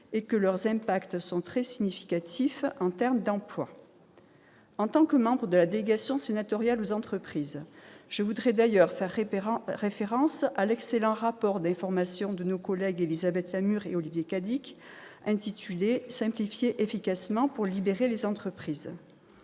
et que cela a un impact très significatif sur l'emploi. En tant que membre de la délégation sénatoriale aux entreprises, je veux d'ailleurs faire référence à l'excellent rapport d'information de nos collègues Élisabeth Lamure et Olivier Cadic intitulé « Simplifier efficacement pour libérer les entreprises ».